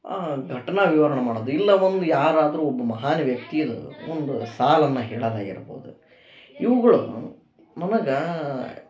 ಆ ಘಟನೆ ವಿವರಣೆ ಮಾಡೋದು ಇಲ್ಲ ಒಂದು ಯಾರಾದರೂ ಒಬ್ಬ ಮಹಾನ್ ವ್ಯಕ್ತಿಯದು ಒಂದು ಸಾಲನ್ನು ಹೇಳೋದಾಗಿರ್ಬೋದು ಇವುಗಳು ನನಗೆ